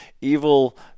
evil